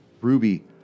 Ruby